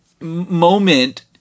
moment